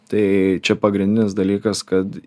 tai čia pagrindinis dalykas kad